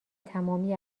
تمامی